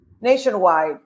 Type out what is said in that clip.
nationwide